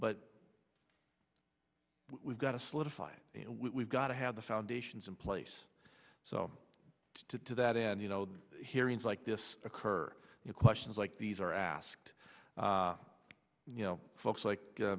but we've got to solidify we've got to have the foundations in place so to that end you know hearings like this occur the questions like these are asked you know folks like